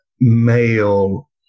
male